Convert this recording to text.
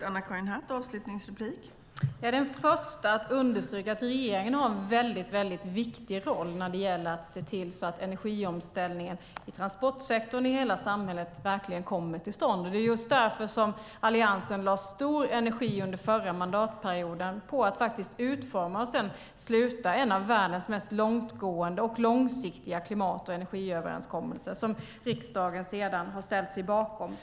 Fru talman! Jag är den första att understryka att regeringen har en väldigt viktig roll i att se till att energiomställningen i transportsektorn i hela samhället verkligen kommer till stånd. Det var just därför som Alliansen lade stor energi under förra mandatperioden på att utforma och sedan sluta en av världens mest långtgående och långsiktiga klimat och energiöverenskommelser, som riksdagen sedan har ställt sig bakom.